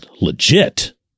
legit